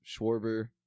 Schwarber